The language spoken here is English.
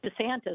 DeSantis